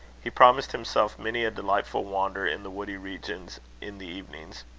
he promised himself many a delightful wander in the woody regions in the evenings.